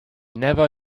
never